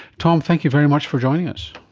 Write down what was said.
tom, thank you very much for joining us.